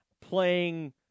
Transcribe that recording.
Playing